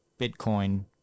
Bitcoin